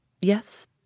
Yes